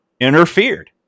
interfered